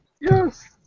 Yes